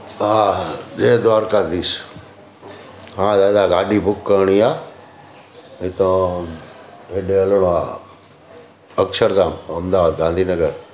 हा हा जय द्वारकाधीश हा दादा गाॾी बुक करणी आहे हितो हेॾे हलिणो आहे अक्षरधाम अहमदाबाद गांधी नगर